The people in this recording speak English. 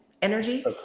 energy